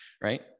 right